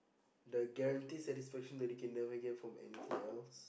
the guaranteed satisfaction that you can never get from anything else